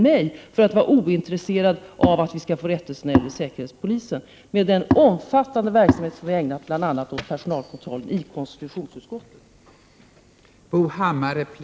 mig, för att vara ointresserade av att få rättelse när det gäller säkerhetspolisen, med tanke på den omfattande verksamhet som vi i konstitutionsutskottet har ägnat bl.a. åt personalkontrollen.